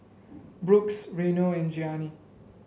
Brooks Reino and Gianni